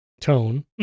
Tone